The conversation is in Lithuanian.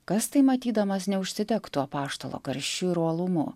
kas tai matydamas neužsidegtų apaštalo karščiu ir uolumu